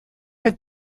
have